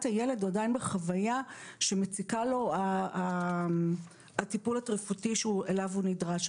הילד הוא עדיין בחוויה שמציק לו הטיפול התרופתי שלו הוא נדרש.